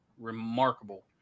remarkable